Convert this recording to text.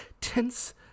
tense